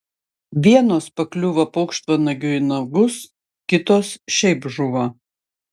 vienos pakliuvo paukštvanagiui į nagus kitos šiaip žuvo